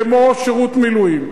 כמו שירות מילואים,